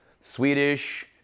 Swedish